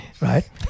Right